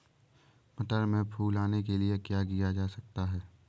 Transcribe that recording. मटर में फूल आने के लिए क्या किया जा सकता है?